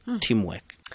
Teamwork